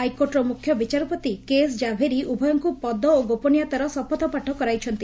ହାଇକୋର୍ଟର ମୁଖ୍ୟ ବିଚାରପତି କେଏସ୍ ଝାଭେରୀ ଉଭୟଙ୍କୁ ପଦ ଓ ଗୋପନୀୟତାର ଶପଥପାଠ କରାଇଛନ୍ତି